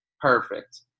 perfect